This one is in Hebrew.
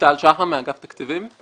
אגף תקציבים.